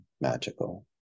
magical